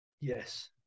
Yes